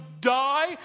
die